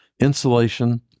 insulation